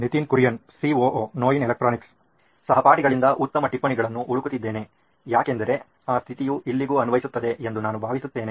Nitin Kurian COO ನೋಯಿನ್ electronics ಸಹಪಾಠಿಗಳಿಂದ ಉತ್ತಮ ಟಿಪ್ಪಣಿಗಳನ್ನು ಹುಡುಕುತ್ತಿದ್ದೇನೆ ಯಾಕೆಂದರೆ ಆ ಸ್ಥಿತಿಯು ಇಲ್ಲಿಗೂ ಅನ್ವಯಿಸುತ್ತದೆ ಎಂದು ನಾನು ಭಾವಿಸುತ್ತೇನೆ